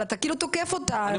אבל אתה כאילו תוקף אותה,